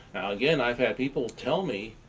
again, i've had people tell me,